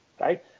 right